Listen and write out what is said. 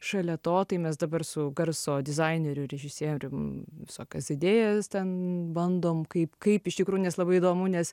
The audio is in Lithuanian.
šalia to tai mes dabar su garso dizaineriu režisieriumi visokias idėjas ten bandom kaip kaip iš tikrųjų nes labai įdomu nes